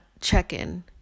check-in